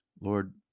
Lord